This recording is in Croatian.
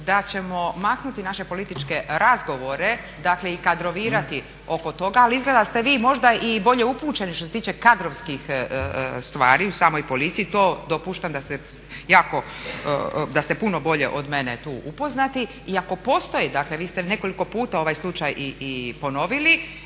da ćemo maknuti naše političke razgovore dakle i kadrovirati oko toga, a izgleda ste vi možda i bolje upućeni što se tiče kadrovskih stvari u samoj policiji, to dopuštam da ste puno bolje od mene tu upoznati. I ako postoji, dakle vi ste nekoliko puta ovaj slučaj i ponovili,